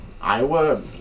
Iowa